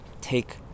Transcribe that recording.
take